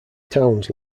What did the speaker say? towns